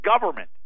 government